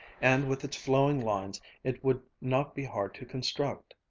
and with its flowing lines it would not be hard to construct.